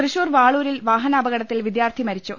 തൃശൂർ വാളൂരിൽ വാഹനാപകടത്തിൽ വിദൃാർത്ഥി മരിച്ചു